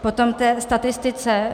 Potom k té statistice.